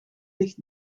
licht